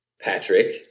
Patrick